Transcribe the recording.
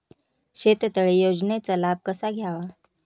शेततळे योजनेचा लाभ कसा घ्यावा?